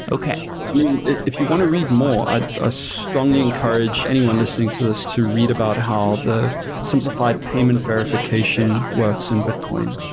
i mean, if you want to read more i ah strongly encourage anyone listening to this to read about how the simplified payment verification works in bitcoin.